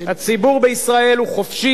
הציבור בישראל הוא חופשי,